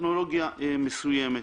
טכנולוגיה מסוימת.